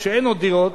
כשאין עוד דירות,